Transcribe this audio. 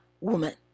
woman